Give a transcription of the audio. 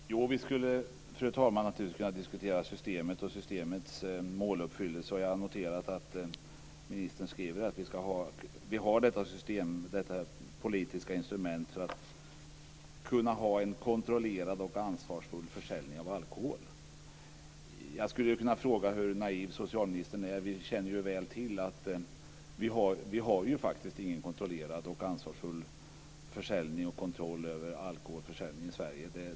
Fru talman! Vi skulle naturligtvis kunna diskutera Systemet och Systemets måluppfyllelse. Jag har noterat att ministern skriver att vi har detta politiska instrument för att "kunna ha en kontrollerad och ansvarsfull försäljning av alkohol". Jag skulle kunna fråga hur naiv socialministern är. Vi känner ju väl till att vi inte har någon kontrollerad och ansvarsfull alkoholförsäljning i Sverige.